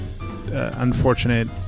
unfortunate